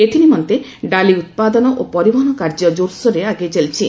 ଏଥିନିମନ୍ତେ ଡାଲି ଉତ୍ପାଦନ ଓ ପରିବହନ କାର୍ଯ୍ୟ କ୍ଜୋରସୋରରେ ଆଗେଇ ଚାଲିଛି